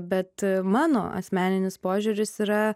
bet mano asmeninis požiūris yra